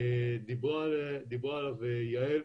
דיברה עליו יעל,